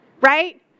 right